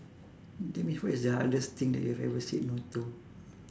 tell me what is the hardest thing that you have ever said no to